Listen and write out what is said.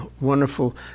wonderful